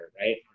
right